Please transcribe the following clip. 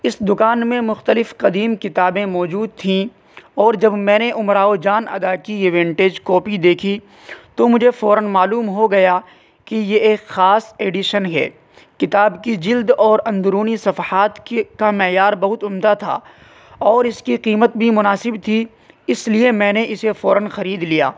اس دوکان میں مختلف قدیم کتابیں موجود تھیں اور جب میں نے امراؤ جان ادا کی یہ ونٹیج کاپی دیکھی تو مجھے فوراً معلوم ہو گیا کہ یہ ایک خاص ایڈیشن ہے کتاب کی جلد اور اندرونی صفحات کے کا معیار بہت عمدہ تھا اور اس کی قیمت بھی مناسب تھی اس لیے میں نے اسے فوراً خرید لیا